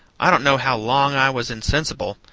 i don't know how long i was insensible,